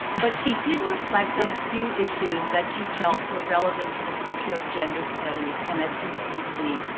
but she did reflect on a few issues that she felt were relevant to the future of gender studies and that do seem, to me,